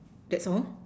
that's all